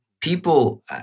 people